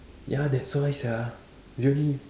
ya that's why sia really